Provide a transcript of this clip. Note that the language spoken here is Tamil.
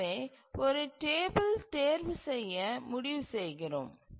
எனவே ஒரு டேபிள் தேர்வு செய்ய முடிவு செய்கிறோம்